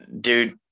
dude